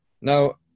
Now